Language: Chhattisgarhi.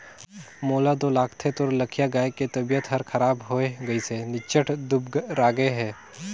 मोला तो लगथे तोर लखिया गाय के तबियत हर खराब होये गइसे निच्च्ट दुबरागे हे